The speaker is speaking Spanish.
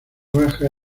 bajas